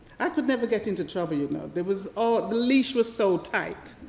i could never get into trouble you know. there was ah the leash was so tight.